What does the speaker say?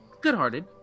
good-hearted